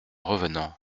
revenant